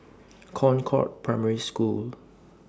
Concord Primary School